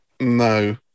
No